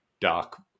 dark